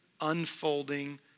unfolding